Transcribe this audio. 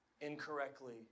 incorrectly